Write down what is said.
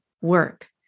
work